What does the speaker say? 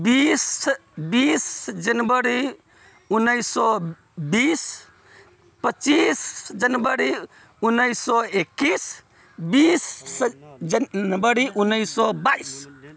बीस बीस जनवरी उन्नैस सए बीस पच्चीस जनवरी उन्नैस सए एकैस बीस जनवरी उन्नैस सए बाइस